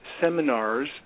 seminars